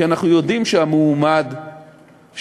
כי אנחנו יודעים שהמועמד שהוצע